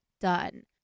done